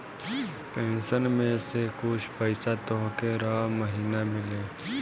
pension में से कुछ पईसा तोहके रह महिना मिली